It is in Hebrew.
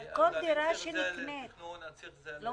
אבל כל דירה שנקנית זה כסף.